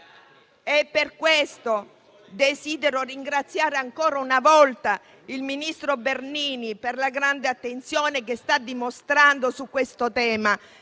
per questo desidero ringraziare ancora una volta il ministro Bernini, per la grande attenzione che sta dimostrando su questo tema,